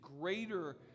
greater